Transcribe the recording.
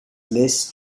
list